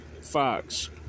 Fox